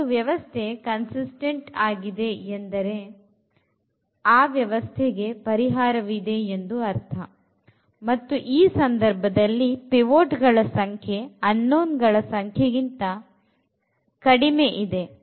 ಒಂದು ವ್ಯವಸ್ಥೆ consistant ಆಗಿದೆ ಎಂದರೆ ಆ ವ್ಯವಸ್ಥೆಗೆ ಪರಿಹಾರವಿದೆ ಎಂದು ಅರ್ಥ ಮತ್ತು ಈ ಸಂದರ್ಭದಲ್ಲಿ ಪಿವೋಟ್ ಗಳ ಸಂಖ್ಯೆ unknown ಗಳ ಸಂಖ್ಯೆ ಗಿಂತ ಸಂಖ್ಯೆಗಿಂತ ಕಡಿಮೆ ಇದೆ